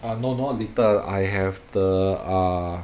ah no not little I have the uh